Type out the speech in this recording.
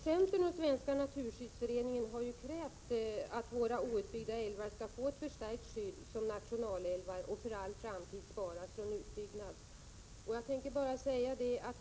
Centern och Svenska naturskyddsföreningen har krävt att våra outbyggda älvar skall få ett förstärkt skydd i egenskap av nationalälvar och att de för all framtid skall sparas från utbyggnad.